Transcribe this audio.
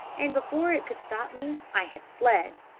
and before it could stop me i had fled!